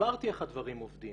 הסברתי איך הדברים עובדים